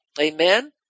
Amen